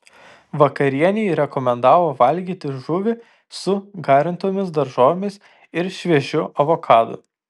vakarienei rekomendavo valgyti žuvį su garintomis daržovėmis ir šviežiu avokadu